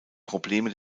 probleme